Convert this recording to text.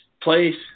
place